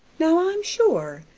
now i'm sure!